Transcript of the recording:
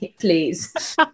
Please